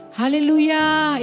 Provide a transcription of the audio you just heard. Hallelujah